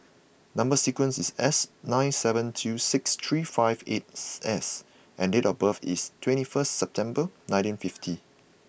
number sequence is S nine seven two six three five eighth S and date of birth is twenty first September nineteen fifty